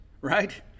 right